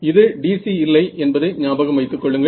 இது DC இல்லை என்பதை ஞாபகம் வைத்துக்கொள்ளுங்கள்